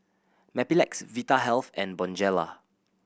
Mepilex Vitahealth and Bonjela